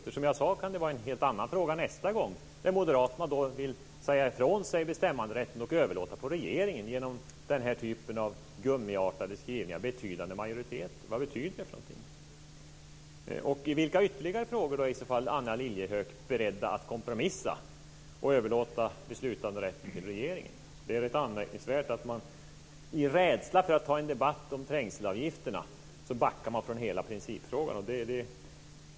Det kan, som jag sade, nästa gång vara i en helt annan fråga som moderaterna vill säga ifrån sig bestämmanderätten och överlåta den på regeringen genom skrivningar av typen "betydande majoriteter". Vad betyder detta? Anna Lilliehöök! I vilka andra frågor är ni i så fall beredda att kompromissa och överlåta beslutanderätt till regeringen? Det är rätt anmärkningsvärt att man av rädsla för att ta en debatt om trängselavgifterna backar från hela principfrågan.